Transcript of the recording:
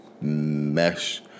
mesh